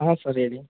ಹಾಂ ಸರ್ ಹೇಳಿ